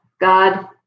God